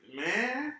man